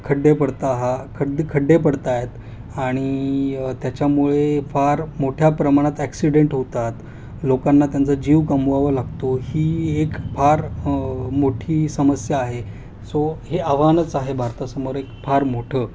खड्डे पडता आहा खड्डे खड्डे पडत आहेत आणि त्याच्यामुळे फार मोठ्या प्रमाणात ॲक्सिडेंट होतात लोकांना त्यांचा जीव गमवावा लागतो ही एक फार मोठी समस्या आहे सो हे आव्हानच आहे भारतासमोर एक फार मोठं